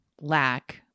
lack